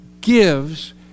gives